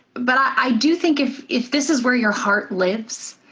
but i do think if if this is where your heart lives,